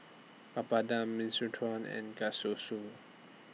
Papadum Minestrone and